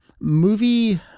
movie